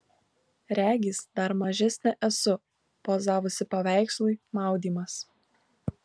regis dar mažesnė esu pozavusi paveikslui maudymas